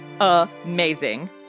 Amazing